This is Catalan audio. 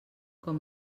com